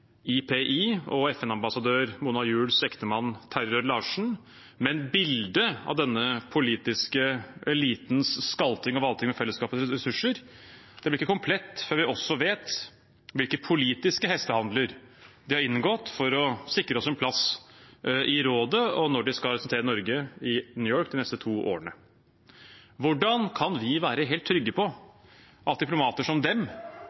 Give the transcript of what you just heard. IPI og FN-ambassadør Mona Juuls ektemann, Terje Rød-Larsen. Men bildet av denne politiske elitens skalting og valting med fellesskapets ressurser blir ikke komplett før vi også vet hvilke politiske hestehandler de har inngått for å sikre oss en plass i rådet, og når de skal representere Norge i New York de neste to årene. Hvordan kan vi være helt trygge på at diplomater som dem